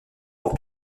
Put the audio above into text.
pour